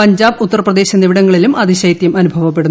പഞ്ചാബ് ഉത്തർപ്രദേശ് എന്നിവിടങ്ങളിലും അതിശൈത്യം അനുഭവപ്പെടുന്നു